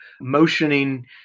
motioning